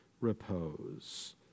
repose